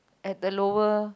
at the lower